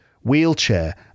wheelchair